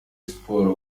siporo